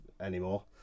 anymore